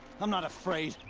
i'm not afraid.